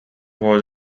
was